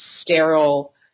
sterile